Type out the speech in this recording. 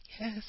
yes